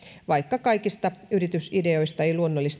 vaikka kaikista yritysideoista ei luonnollisestikaan synny maanlaajuista